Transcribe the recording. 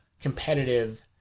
competitive